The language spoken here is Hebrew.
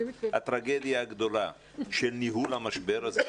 הטרגדיה הגדולה של ניהול המשבר הזה,